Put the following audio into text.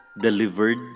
delivered